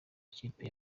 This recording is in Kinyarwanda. ikipe